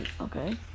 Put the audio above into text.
okay